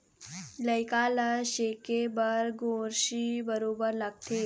लइका ल सेके बर गोरसी बरोबर लगथे